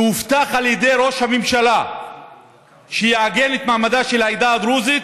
שהובטח על ידי ראש הממשלה שיעגן את מעמדה של העדה הדרוזית